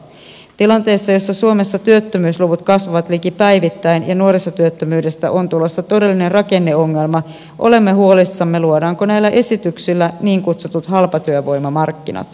tilanteessa jossa suomessa työttömyysluvut kasvavat liki päivittäin ja nuorisotyöttömyydestä on tulossa todellinen rakenneongelma olemme huolissamme luodaanko näillä esityksillä niin kutsutut halpatyövoimamarkkinat